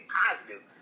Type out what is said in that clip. positive